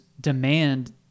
demand